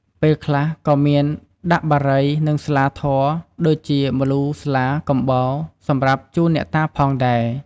ពេលខ្លះក៏មានដាក់បារី និងស្លាធម៌ ដូចជា ម្លូ ស្លា កំបោរ សម្រាប់ជូនអ្នកតាផងដែរ។